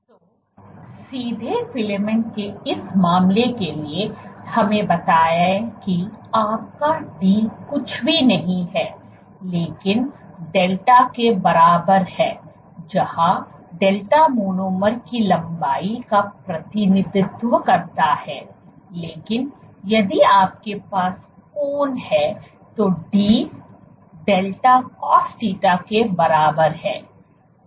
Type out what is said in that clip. तो सीधे फिलामेंट के इस मामले के लिए हमें बताएं कि आपका d कुछ भी नहीं है लेकिन डेल्टा के बराबर है जहां डेल्टा मोनोमर की लंबाई का प्रतिनिधित्व करता है लेकिन यदि आपके पास कोण है तो d delta cosθ के बराबर है